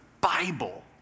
Bible